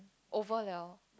over liao